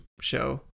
show